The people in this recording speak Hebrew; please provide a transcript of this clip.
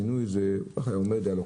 הוא היה עושה "אשתנור".